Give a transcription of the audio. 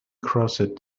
crossed